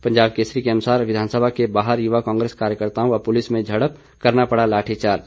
पंजाब केसरी के अनुसार विधानसभा के बाहर युवा कांग्रेस कार्यकर्त्ताओं व पुलिस में झड़प करना पड़ा लाठीचार्ज